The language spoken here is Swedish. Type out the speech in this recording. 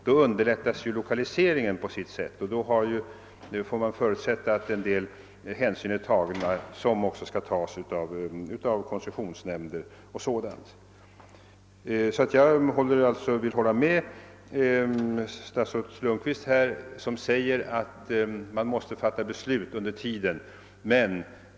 Då underlättas lokaliseringen på sitt sätt och man får förutsätta att vissa hänsyn är tagna, som också skall tas av koncessionsnämnden m.fl. Jag vill alltså hålla med statsrådet Lundkvist, som säger att man måste fatta beslut under tiden som planeringsarbetet pågår.